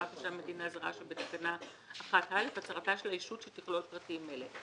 "תושב מדינה זרה" שבתקנה 1(א) הצהרתה של הישות שתכלול פרטים אלה: